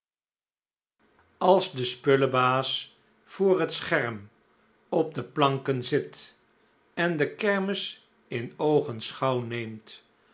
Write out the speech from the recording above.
is de spullebaas voor het scherm op de planken zit en de kermis in oogenschouw neemt